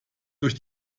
durch